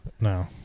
No